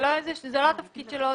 זה לא התפקיד שלו,